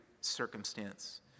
circumstance